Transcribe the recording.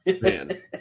man